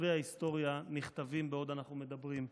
ספרי ההיסטוריה נכתבים בעוד אנחנו מדברים.